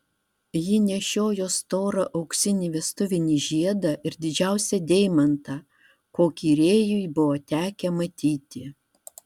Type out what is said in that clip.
ji nešiojo storą auksinį vestuvinį žiedą ir didžiausią deimantą kokį rėjui buvo tekę matyti